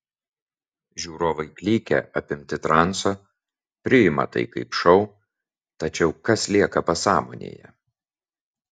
žiūrovai klykia apimti transo priima tai kaip šou tačiau kas lieka pasąmonėje